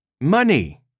money